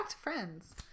friends